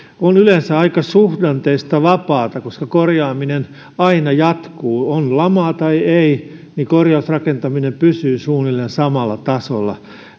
on yleensä aika suhdanteista vapaata koska korjaaminen aina jatkuu on lama tai ei niin korjausrakentaminen pysyy suunnilleen samalla tasolla